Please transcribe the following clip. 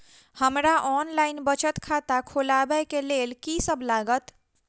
हमरा ऑनलाइन बचत खाता खोलाबै केँ लेल की सब लागत?